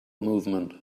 movement